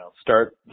start